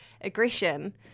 aggression